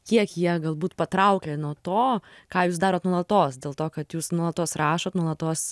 kiek jie galbūt patraukia nuo to ką jūs darot nuolatos dėl to kad jūs nuolatos rašot nuolatos